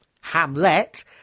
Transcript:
Hamlet